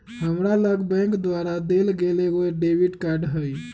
हमरा लग बैंक द्वारा देल गेल एगो डेबिट कार्ड हइ